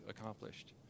accomplished